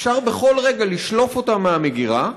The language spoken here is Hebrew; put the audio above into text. אפשר בכל רגע לשלוף אותן מהמגירה,